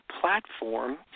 platform